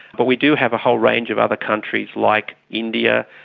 but we do have a whole range of other countries like india,